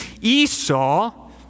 Esau